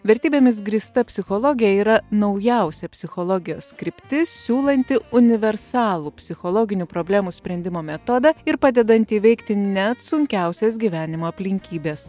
vertybėmis grįsta psichologija yra naujausia psichologijos kryptis siūlanti universalų psichologinių problemų sprendimo metodą ir padedanti įveikti net sunkiausias gyvenimo aplinkybes